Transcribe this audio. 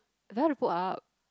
and then how to put up